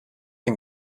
den